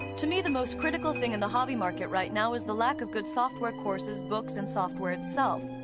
to me the most critical thing in the hobby market right now is the lack of good software courses, books and software itself.